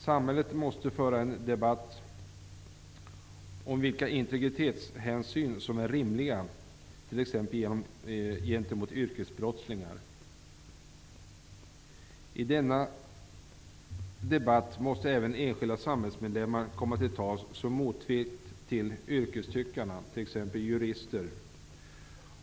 Samhället måste föra en debatt om vilka integritetshänsyn som är rimliga, t.ex. gentemot ''yrkesbrottslingar''. I denna debatt måste även enskilda samhällsmedlemmar komma till tals som motvikt till ''yrkestyckarna'', t.ex. jurister.